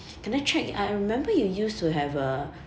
can I check I remember you used to have a